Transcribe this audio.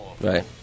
Right